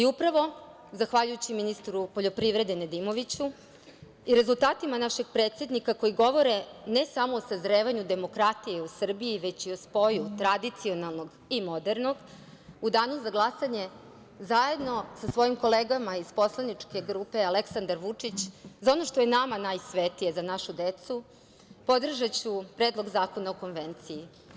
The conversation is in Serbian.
Upravo zahvaljujući ministru poljoprivrede Nedimoviću i rezultatima našeg predsednika, koji govore ne samo o sazrevanju demokratije u Srbiji, već i o spoju tradicionalnog i modernog, u danu za glasanje, zajedno sa svojim kolegama iz poslaničke grupe Aleksandar Vučić, za ono što je nama najsvetije, za našu decu, podržaću Predlog zakona o Konvenciji.